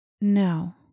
no